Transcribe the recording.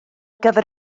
gyfer